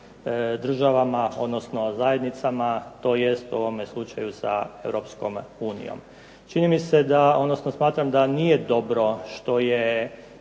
državama, odnosno zajednicama, tj. u ovome slučaju sa Europskom unijom. Čini mi se da, odnosno smatram da nije dobro što je